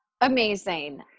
Amazing